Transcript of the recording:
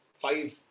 five